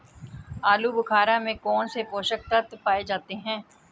आलूबुखारा में कौन से पोषक तत्व पाए जाते हैं?